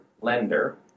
lender